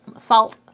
salt